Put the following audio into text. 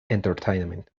entertainment